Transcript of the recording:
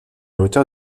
hauteur